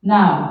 Now